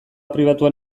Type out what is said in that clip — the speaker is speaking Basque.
pribatuan